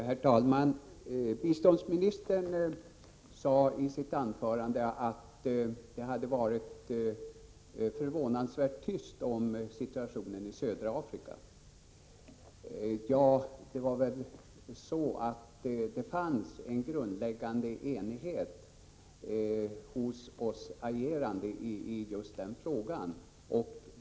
Herr talman! Biståndsministern sade i sitt anförande att det hade varit förvånansvärt tyst om situationen i södra Afrika. Det fanns en grundläggande enighet hos oss beträffande agerandet i just den frågan.